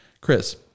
Chris